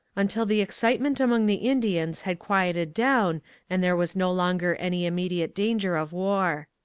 until the excitement among the indians had quieted down and there was no longer any immediate danger of war.